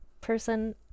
person